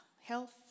health